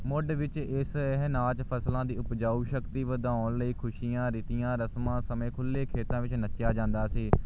ਮੁੱਢ ਵਿੱਚ ਇਸ ਇਹ ਨਾਚ ਫਸਲਾਂ ਦੀ ਉਪਜਾਊ ਸ਼ਕਤੀ ਵਧਾਉਣ ਲਈ ਖੁਸ਼ੀਆਂ ਰਿਤੀਆਂ ਰਸਮਾਂ ਸਮੇਂ ਖੁੱਲ੍ਹੇ ਖੇਤਾਂ ਵਿੱਚ ਨੱਚਿਆ ਜਾਂਦਾ ਸੀ